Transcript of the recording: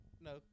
No